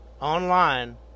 online